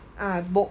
uh bolt